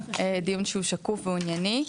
דיון שהוא שקוף והוא ענייני.